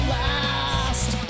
last